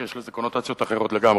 כי יש לזה קונוטציות אחרות לגמרי,